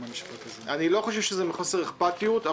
אני לא חושב שזה מחוסר אכפתיות,